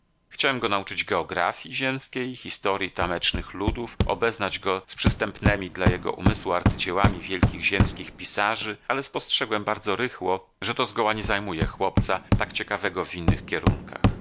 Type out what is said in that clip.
chciałem go nauczyć geografji ziemskiej historji tamecznych ludów obeznać go z przystępnemi dla jego umysłu arcydziełami wielkich ziemskich pisarzy ale spostrzegłem bardzo rychło że to zgoła nie zajmuje chłopca tak ciekawego w innych kierunkach